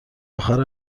اخر